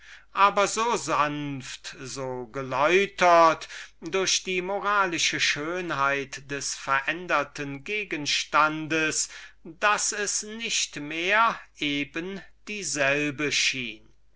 aber so sanft so geläutert durch die moralische schönheit des veränderten gegenstandes daß es nicht mehr eben dieselben schienen